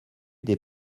des